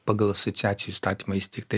pagal asociacijų įstatymą įsteigtą